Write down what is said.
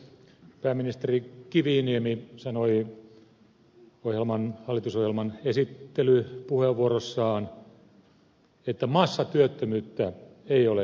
pääministeri kiviniemi sanoi hallitusohjelman esittelypuheenvuorossaan että massatyöttömyyttä ei ole syntynyt